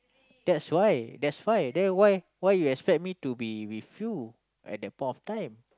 that's why that's why then why why you expect me to be with you at that point of time